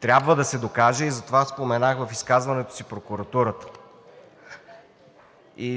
трябва да се докаже и затова споменах в изказването си прокуратурата.